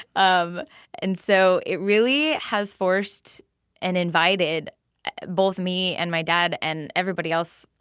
um and so it really has forced and invited both me, and my dad and everybody else,